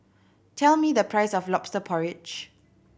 tell me the price of Lobster Porridge